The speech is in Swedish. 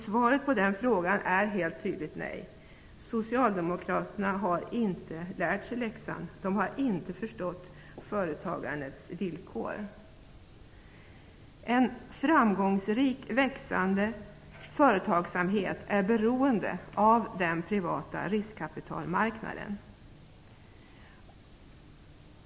Svaret på den frågan är helt tydligt nej. Socialdemokraterna har inte lärt sig läxan. De har inte förstått företagandets villkor. En framgångsrik, växande företagsamhet är beroende av den privata riskkapitalmarknaden.